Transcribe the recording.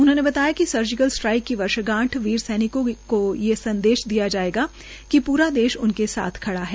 उन्होंने बताया कि सर्जिकल स्ट्राइक की वर्षगांठ पर वीर सैनिकों को यह संदेश दिया जाएगा कि पूरा देश उनके साथ खड़ा है